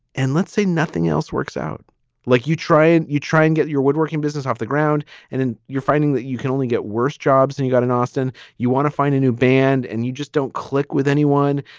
and let's say nothing else works out like you try and you try and get your woodworking business off the ground and then you're finding that you can only get worse jobs. and you got an austin. you want to find a new band and you just don't click with anyone.